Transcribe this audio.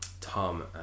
Tom